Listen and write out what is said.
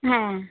হ্যাঁ